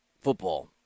football